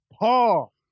Paul